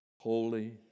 holy